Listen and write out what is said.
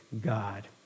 God